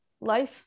life